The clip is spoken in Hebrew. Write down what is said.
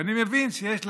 ואני מבין שיש להם,